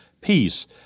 peace